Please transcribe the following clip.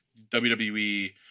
WWE